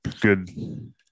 good